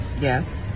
Yes